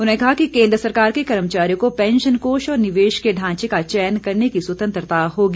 उन्होंने कहा कि केन्द्र सरकार के कर्मचारियों को पेंशन कोष और निवेश के ढांचे का चयन करने की स्वतंत्रता होगी